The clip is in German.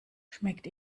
schmeckt